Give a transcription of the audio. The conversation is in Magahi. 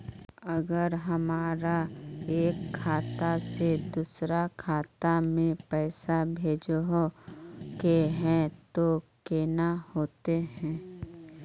अगर हमरा एक खाता से दोसर खाता में पैसा भेजोहो के है तो केना होते है?